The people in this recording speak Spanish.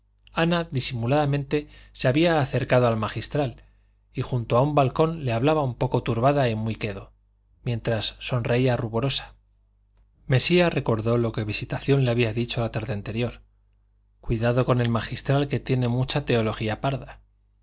ana disimuladamente se había acercado al magistral y junto a un balcón le hablaba un poco turbada y muy quedo mientras sonreía ruborosa mesía recordó lo que visitación le había dicho la tarde anterior cuidado con el magistral que tiene mucha teología parda sin